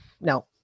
No